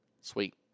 sweet